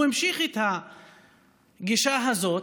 הוא ממשיך עם הגישה הזאת,